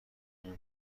اون